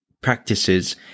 practices